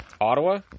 Ottawa